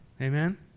Amen